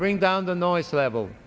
bring down the noise level